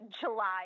July